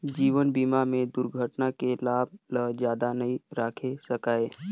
जीवन बीमा में दुरघटना के लाभ ल जादा नई राखे सकाये